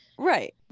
right